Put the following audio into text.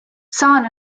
saan